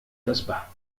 تسبح